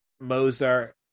Mozart